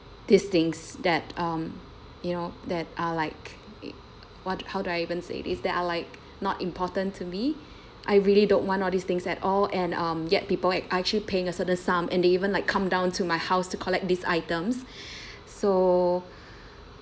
these things that um you know that are like what how do I even this that are like not important to me I really don't want all these things at all and um yet people act~ are actually paying us for the sum and they even like come down to my house to collect these items so